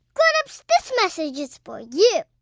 grown-ups, this message is for you